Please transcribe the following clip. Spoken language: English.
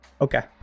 Okay